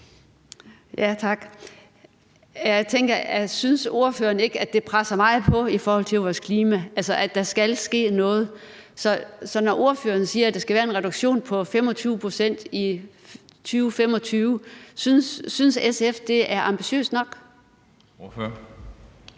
Tak. Synes ordføreren ikke, at det presser meget på i forhold til vores klima, altså at der skal ske noget? Så når ordføreren siger, at der skal være en reduktion på 25 pct. i 2025, synes SF så, at det er ambitiøst nok?